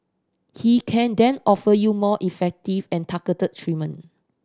he can then offer you more effective and targeted treatment